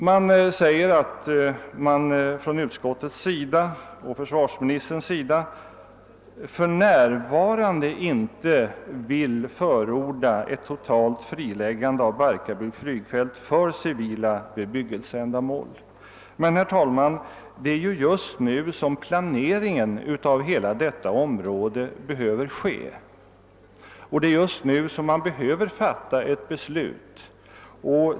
Det sägs i utskottsutlåtandet att utskottet och försvarsministern för närvarande inte vill förorda ett totalt friläggande av Barkarby flygfält för civila bebyggelseändamål. Men, herr talman, det är ju just nu som planeringen av hela detta område behöver göras, och det är just nu man behöver fatta beslut.